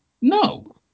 No